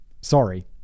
sorry